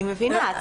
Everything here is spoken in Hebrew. אני מבינה.